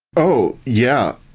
oh! yeah,